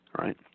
right